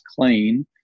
clean